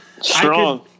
Strong